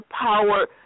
power